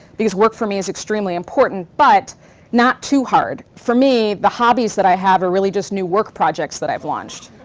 because work for me is extremely important, but not too hard. for me, the hobbies that i have are really just new work projects that i've launched.